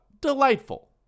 Delightful